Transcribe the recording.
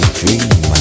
dream